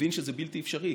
מבין שזה בלתי אפשרי.